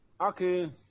Okay